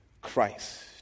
Christ